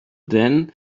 then